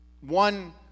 One